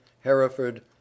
Hereford